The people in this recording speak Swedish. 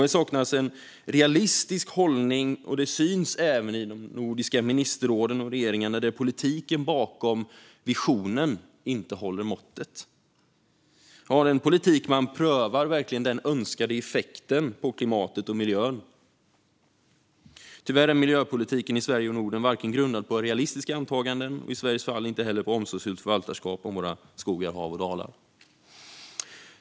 Det saknas en realistisk hållning, och det syns även i de nordiska ministerråden och regeringarna, där politiken bakom visionen inte håller måttet. Har den politik man prövar verkligen den önskade effekten på klimatet och miljön? Tyvärr är miljöpolitiken i Sverige och i Norden inte grundad på realistiska antaganden och i Sveriges fall inte heller på omsorgsfullt förvaltarskap gällande våra skogar, hav och dalar.